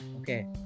okay